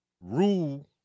rule